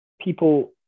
people